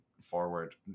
forward